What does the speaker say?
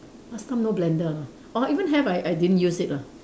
last time no blender lah or even have I I didn't use it lah